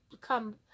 come